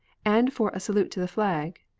and for a salute to the flag,